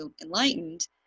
enlightened